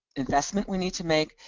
investment we need to make.